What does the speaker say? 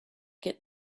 get